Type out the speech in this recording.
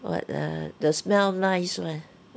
what ah the smell nice eh